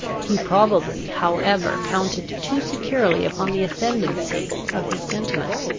he probably however counted too securely upon the ascendancy of his sentiments,